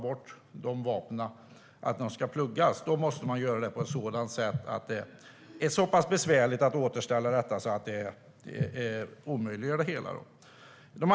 När man pluggar vapen måste det göras på ett sådant sätt att det blir så pass besvärligt att återställa vapnen att det hela omöjliggörs.